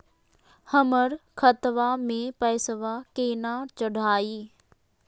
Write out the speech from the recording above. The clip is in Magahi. हमर खतवा मे पैसवा केना चढाई?